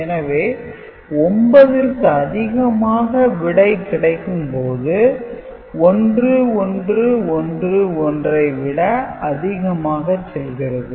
எனவே 9 ற்கு அதிகமாக விடை கிடைக்கும் போது 1111 ஐ விட அதிகமாக செல்கிறது